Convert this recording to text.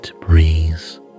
breeze